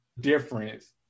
difference